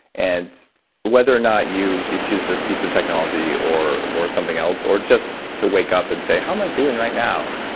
and whether or not you you choose this piece of technology or or something else or just to wake up and say, how am i doing right now?